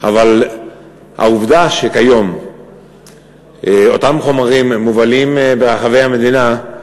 אבל העובדה שכיום אותם חומרים מובלים ברחבי המדינה,